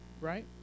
Right